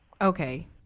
Okay